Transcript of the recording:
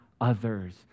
others